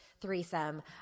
threesome